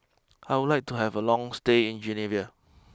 I would like to have a long stay in Guinea